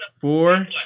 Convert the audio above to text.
four